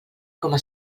coma